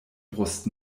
brust